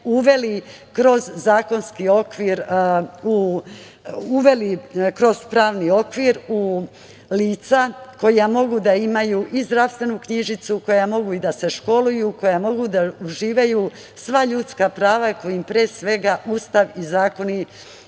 uveli kroz pravni okvir lica koja mogu da imaju i zdravstvenu knjižicu, koja mogu i da se školuju, koja mogu da uživaju sva ljudska prava, koja im pre svega Ustav i zakoni